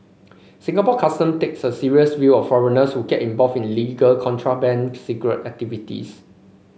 Singapore Custom takes a serious view of foreigners who get involved in illegal contraband cigarette activities